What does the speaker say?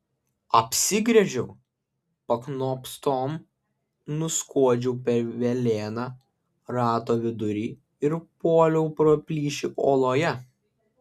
apsigręžiau paknopstom nuskuodžiau per velėną rato vidury ir puoliau pro plyšį uoloje